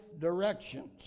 directions